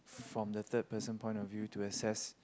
from the third person point of view to access